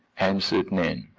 answered nan.